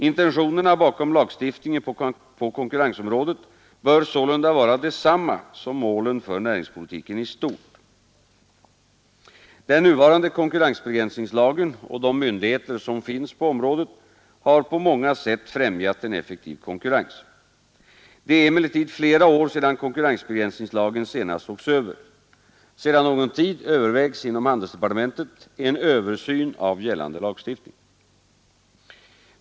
Intentionerna bakom lagstiftningen på konkurrensområdet bör sålunda vara desamma som målen för näringspolitiken i stort. Den nuvarande konkurrensbegränsningslagen och de myndigheter som finns på området har på många sätt främjat en effektiv konkurrens. Det är emellertid flera år sedan konkurrensbegränsningslagen senast sågs över. Sedan någon tid övervägs inom handelsdepartementet en översyn av gällande lagstiftning.